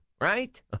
right